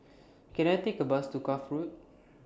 Can I Take A Bus to Cuff Road